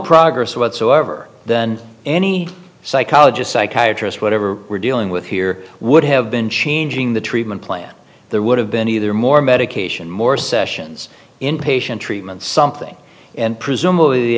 progress whatsoever then any psychologist psychiatrist whatever we're dealing with here would have been changing the treatment plan there would have been either more medication more sessions inpatient treatment something and presumably the